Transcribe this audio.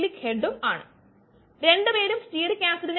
ഇങ്ങനെ വിലയിരുത്തുന്നതിൽ ചില പ്രശ്നങ്ങൾ ഉണ്ട്